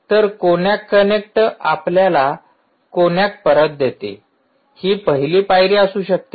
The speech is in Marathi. तर कोनॅक कनेक्टआपल्याला कोनॅक परत देते हि पहिली पायरी असू शकते